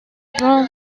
born